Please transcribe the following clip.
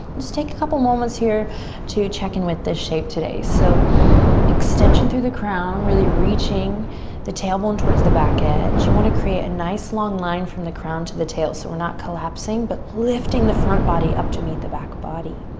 just take a couple moments here to check in with the shape today. so extension through the crown, really reaching the tailbone towards the back edge. you wanna create a nice long line from the crown to the tail so we're not collapsing, but lifting the front body up to meet the back body.